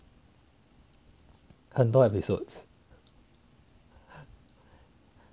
很多 episodes